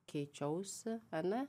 keičiausi ane